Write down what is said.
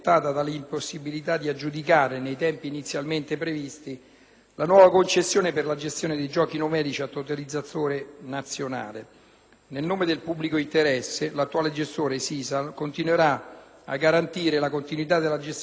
la nuova concessione per la gestione dei giochi numerici a totalizzatore nazionale. Nel nome del pubblico interesse l'attuale gestore, SISAL, continuerà a garantire la continuità della gestione corrente fino a quando la nuova gestione non entrerà in pieno funzionamento.